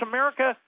America